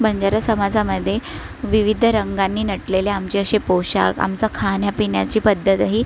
बंजारा समाजामध्ये विविध रंगानी नटलेल्या आमचे असे पोशाख आमचा खाण्यापिण्याची पद्धतही